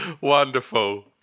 Wonderful